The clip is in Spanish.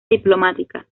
diplomática